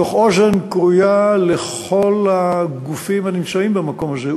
באוזן כרויה לכל הגופים הנמצאים במקום הזה,